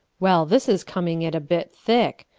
well, this is coming it a bit thick!